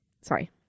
sorry